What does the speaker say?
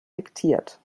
diktiert